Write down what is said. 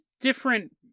different